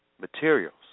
materials